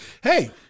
Hey